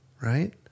Right